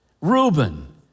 Reuben